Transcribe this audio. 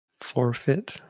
forfeit